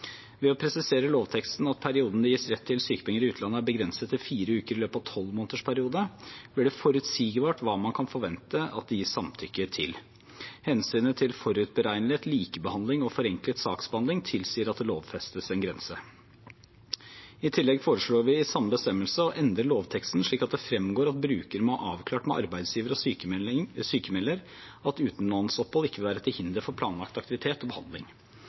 Ved å presisere i lovteksten at perioden der det gis rett til sykepenger i utlandet, er begrenset til fire uker i løpet av en tolvmånedersperiode, blir det forutsigbart hva man kan forvente at det gis samtykke til. Hensynet til forutberegnelighet, likebehandling og forenklet saksbehandling tilsier at det lovfestes en grense. I tillegg foreslår vi i samme bestemmelse å endre lovteksten slik at det fremgår at bruker må ha avklart med arbeidsgiver og sykmelder at utenlandsopphold ikke vil være til hinder for planlagt aktivitet og behandling.